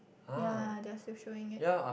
ya they are still showing it